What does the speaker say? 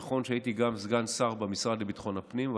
נכון שהייתי גם סגן שר במשרד לביטחון הפנים,